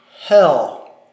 Hell